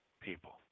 people